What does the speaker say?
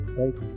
right